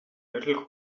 little